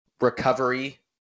recovery